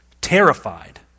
terrified